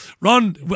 Ron